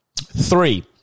Three